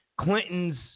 Clintons